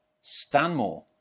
Stanmore